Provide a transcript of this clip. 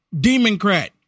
Democrat